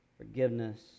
Forgiveness